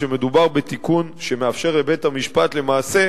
מדובר בתיקון שמאפשר לבית-המשפט למעשה,